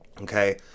okay